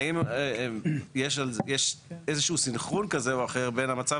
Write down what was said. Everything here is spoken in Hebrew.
האם יש סנכרון כזה או אחר בין המצב